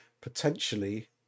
Potentially